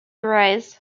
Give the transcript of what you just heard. rise